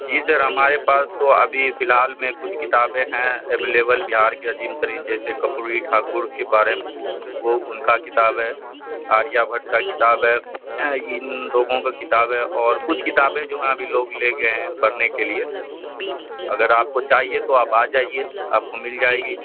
جی sir ہمارے پاس تو ابھی فی الحال میں کچھ کتابیں ہیں اویلیبل بہار کے عظیم ترین جیسے کپوروی ٹھاکر کے بارے میں وہ ان کا کتاب ہے آریہ بھٹ کا کتاب ہے ان لوگوں کا کتاب ہے اور کچھ کتابیں جو ہیں ابھی لوگ لے گئے ہیں پڑھنے کے لیے اگر آپ کو چاہیے تو آپ آ جائیے آپ کو مل جائے گی